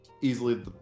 easily